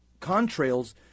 contrails